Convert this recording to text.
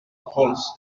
polls